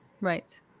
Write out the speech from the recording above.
right